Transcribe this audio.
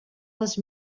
les